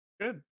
Good